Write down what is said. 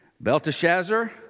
Belteshazzar